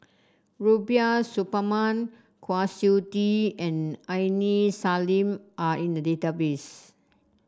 Rubiah Suparman Kwa Siew Tee and Aini Salim are in the database